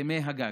הסכמי הגג".